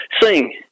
sing